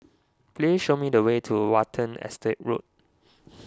please show me the way to Watten Estate Road